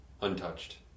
untouched